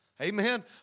Amen